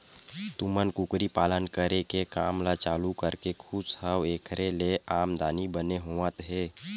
तुमन कुकरी पालन करे के काम ल चालू करके खुस हव ऐखर ले आमदानी बने होवत हवय?